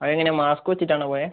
ആത് എങ്ങനെയാണ് മാസ്ക് വച്ചിട്ടാണോ പോയത്